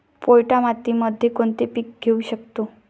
पोयटा मातीमध्ये कोणते पीक घेऊ शकतो?